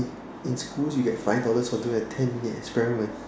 in schools you get five dollars for doing a ten minute experiment